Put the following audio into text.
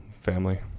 family